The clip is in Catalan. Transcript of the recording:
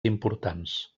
importants